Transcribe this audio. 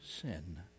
sin